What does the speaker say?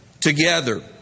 together